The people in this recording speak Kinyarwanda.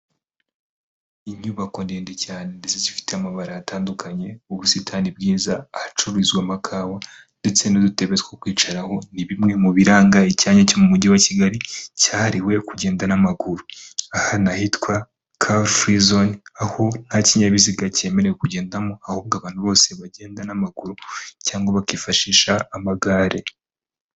Inyubako ndende cyane ndetse zifite amabara atandukanye ubusitani bwiza ahacururizwa amakawa, ndetse n'udutebe two kwicaraho ni bimwe mu biranga icyanya cyo mu mujyi wa Kigali cyahariwe kugenda n'amaguruhana ahitwa kafurizone, aho nta kinyabiziga cyemerewe kugendamo ahubwo abantu bose bagenda n'amaguru se bakaba bakifashisha amagare.